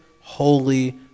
holy